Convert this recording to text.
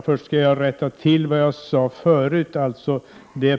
Först vill jag rätta till vad jag sade tidigare.